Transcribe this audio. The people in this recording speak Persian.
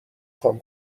خوام